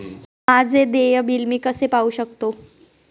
माझे देय बिल मी कसे पाहू शकतो?